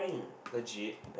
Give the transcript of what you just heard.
legit